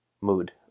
mood